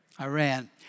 Iran